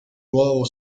nuovo